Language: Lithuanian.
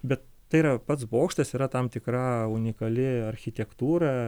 bet tai yra pats bokštas yra tam tikra unikali architektūra